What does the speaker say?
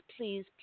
please